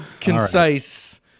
concise